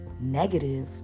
negative